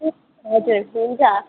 ए हजुर हुन्छ